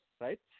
right